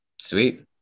sweet